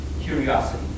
curiosity